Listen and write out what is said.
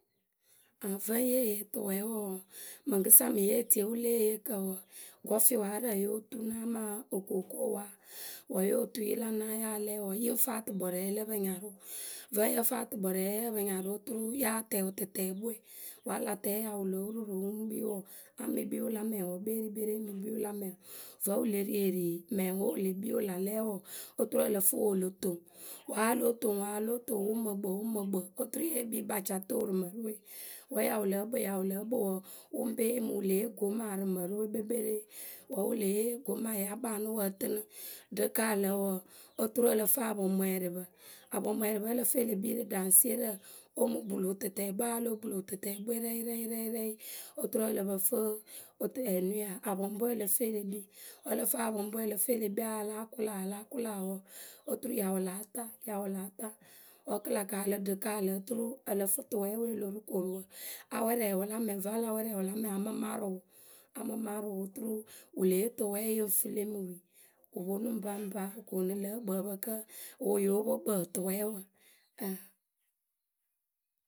vǝ́ yeh yee tʊwɛɛwǝ wǝǝ, mɨŋkɨsa mɨŋ yeh tie wǝ le eyekǝ wǝǝ, gɔfɩwaarǝ wǝ́ yo tu naa amaa okokowaa. Wǝ́ yo tui la naa ya lɛ wǝǝ, yǝ ŋ fɩ atʊkpɔrɔɔye lǝ pǝ nyarʊ Vǝ́ yǝ fɨ atʊkpɔrɔɔye yǝ pǝ nyarʊ oturu ya tɛɛ wǝtɨtɛɛkpǝwe. Wǝ́ a la tɛɛ wǝ́ ya lóo ruuru wǝ ŋ kpii wǝǝ. a mɨ kpii wǝ la mɛŋwǝ kpeerikpeeri a mǝ kpii wǝ la mɛŋ. Vǝ́ wǝ le rieeri mɛŋwe wǝ le kpii wǝ la lɛ wǝǝ, oturu ǝ lǝ fɨ wǝ o lo toŋ. Wǝ́ a lóo toŋ wǝ a lóo toŋ wǝ wǝ ŋ mǝ kpɨ wǝ ŋ mǝ kpɨ oturu ye kpii kpacatoo rǝ mǝrǝ we. Wǝ́ wǝ ya lǝ́ǝ kpɨ wǝ ya lǝ́ǝ kpɨ wǝǝ, wǝ ŋ pe ye mǝŋ wǝ le yee gomaa rǝ mǝrǝ we kpekperee, wǝ́ wǝ le ye gomayǝ a kpaanɨ wǝ ǝ tɨnɨ ɖɨgaalǝ wǝǝ, oturu ǝ lǝ fɨ apɔŋmwɛɛrɩpǝ. Apɔŋmwɛɛrɩpǝ wǝ́ ǝ lǝ fɨ e le kpii rǝ ɖaŋsierǝ o mɨ blu wǝtɨtɛɛkpǝwe a lóo blu wǝtɨtɛɛkpǝwe rɩyɩrɩyɩrɩyɩ oturu ǝ lǝ pǝ fɨ apɔŋpwe ǝ lǝ fɨ e le kpii wǝ́ ǝ lǝ fɨ apɔŋwe ǝ lǝ fɨ e le kpii wǝ́ a láa kʊla, a láa kʊla wǝǝ, oturu ya wǝ láa ta ya wǝ láa ta. Wǝ́ kɨ la kaalɨ ɖɨkaalǝ oturu ǝ lǝ fɨ tʊwɛɛwe olo ru koruwǝ a mɨ wɛrɛ wǝ la mɛŋwǝ. Vǝ́ a la wɛrɛ wǝ la mɛŋwǝ a mɨ marǝ wǝ a mɨ marǝ wǝ oturu wǝ le yee tʊwɛɛ yǝ ŋ fɨ le mɨ wii. Wǝ ponu ŋpaŋpa wǝ koonu ŋlǝ ǝkpǝǝpǝ kǝ́ wŋ wǝ wǝ́ yóo pwo kpǝǝtʊwɛɛwǝ ǝŋ.